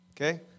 okay